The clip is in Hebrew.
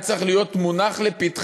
היה צריך להיות מונח לפתחם,